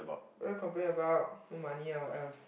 what we complain about earn money ah what else